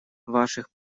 ваших